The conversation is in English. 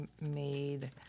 made